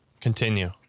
Continue